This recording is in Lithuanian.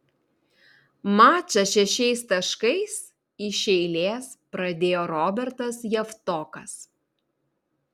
mačą šešiais taškais iš eilės pradėjo robertas javtokas